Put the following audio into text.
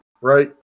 right